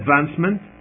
advancement